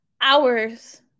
hours